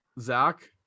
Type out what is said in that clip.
Zach